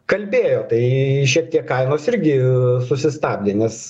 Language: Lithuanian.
kalbėjo tai šiek tiek kainos irgi susistabdė nes